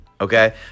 okay